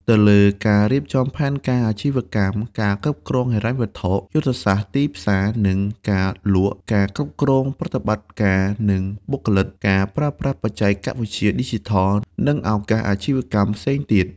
ទៅលើ ការរៀបចំផែនការអាជីវកម្ម ការគ្រប់គ្រងហិរញ្ញវត្ថុ យុទ្ធសាស្ត្រទីផ្សារ និងការលក់ ការគ្រប់គ្រងប្រតិបត្តិការ និងបុគ្គលិក ការប្រើប្រាស់បច្ចេកវិទ្យាឌីជីថល និងឱកាសអាជីវកម្មទៀតផង។